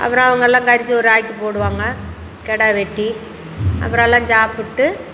அப்புறம் அவங்கெல்லாம் கறி சோறு ஆக்கி போடுவாங்க கிடா வெட்டி அப்புறம் எல்லாம் சாப்பிட்டு